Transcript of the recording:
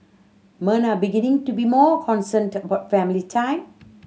men are beginning to be more concerned about family time